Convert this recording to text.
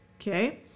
Okay